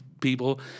people